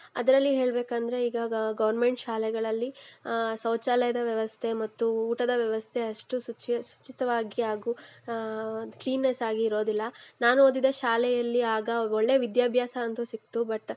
ಅದರಲ್ಲಿ ಹೇಳಬೇಕಂದ್ರೆ ಈಗ ಗ ಗೌರ್ಮೆಂಟ್ ಶಾಲೆಗಳಲ್ಲಿ ಶೌಚಾಲಯದ ವ್ಯವಸ್ಥೆ ಮತ್ತು ಊಟದ ವ್ಯವಸ್ಥೆ ಅಷ್ಟು ಶುಚಿ ಸುಚಿತವಾಗಿ ಹಾಗೂ ಕ್ಲೀನ್ನೆಸ್ಸಾಗಿ ಇರೋದಿಲ್ಲ ನಾನು ಓದಿದ ಶಾಲೆಯಲ್ಲಿ ಆಗ ಒಳ್ಳೆಯ ವಿದ್ಯಾಭ್ಯಾಸ ಅಂತೂ ಸಿಕ್ಕಿತು ಬಟ್